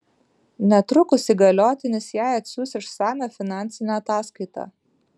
netrukus įgaliotinis jai atsiųs išsamią finansinę ataskaitą